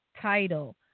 title